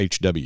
HW